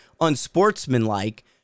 unsportsmanlike